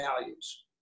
values